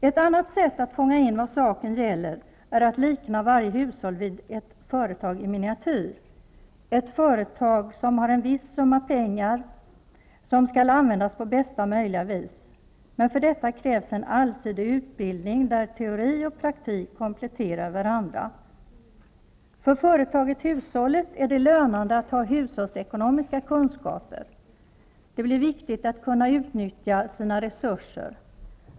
Ett annat sätt att fånga in vad saken gäller är att likna varje hushåll vid ett företag i miniatyr, ett företag som har en viss summa pengar som skall användas på bästa möjliga vis. För detta krävs en allsidig utbildning, där teori och praktik kompletterar varandra. För företaget hushållet är det lönande att ha hushållsekonomiska kunskaper. Det blir viktigt att kunna utnyttja sina resurser.